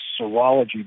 serology